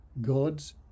God's